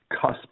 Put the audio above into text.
cusp